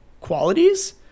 qualities